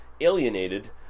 alienated